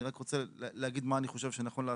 אני רק רוצה להגיד מה אני חושב שנכון לעשות,